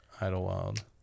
Idlewild